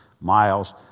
miles